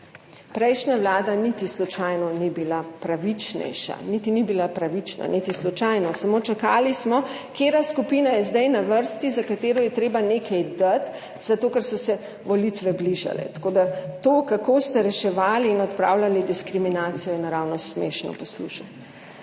Prejšnja Vlada niti slučajno ni bila pravičnejša, niti ni bila pravična, niti slučajno, samo čakali smo, katera skupina je zdaj na vrsti, za katero je treba nekaj dati, zato ker so se volitve bližale. Tako da to, kako ste reševali in odpravljali diskriminacijo in naravnost smešno poslušati.